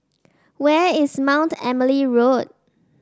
where is Mount Emily Road